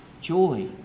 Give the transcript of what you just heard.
joy